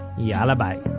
yalla bye